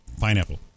Pineapple